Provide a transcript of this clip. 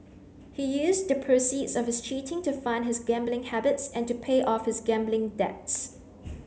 he used the proceeds of his cheating to fund his gambling habits and to pay off his gambling debts